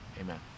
Amen